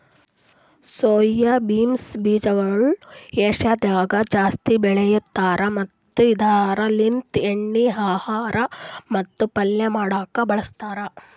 soya beans ಬೀಜಗೊಳ್ ಏಷ್ಯಾದಾಗ್ ಜಾಸ್ತಿ ಬೆಳಿತಾರ್ ಮತ್ತ ಇದುರ್ ಲಿಂತ್ ಎಣ್ಣಿ, ಆಹಾರ ಮತ್ತ ಪಲ್ಯ ಮಾಡ್ಲುಕ್ ಬಳಸ್ತಾರ್